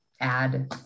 add